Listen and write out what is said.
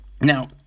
Now